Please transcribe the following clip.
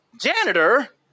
janitor